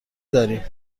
داریم